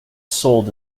sold